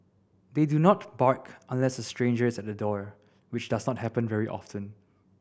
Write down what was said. they do not bark unless a stranger is at the door which does not happen very often